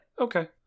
Okay